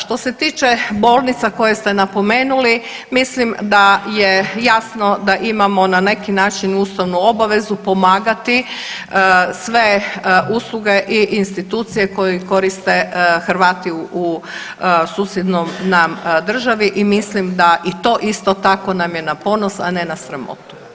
Što se tiče bolnica koje ste napomenuli, mislim da je jasno da imamo na neki način ustavnu obavezu pomagati sve usluge i institucije koje koriste Hrvati u susjednom nam državi i mislim da i to isto tako nam je na ponos, a ne na sramotu.